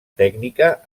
tècnica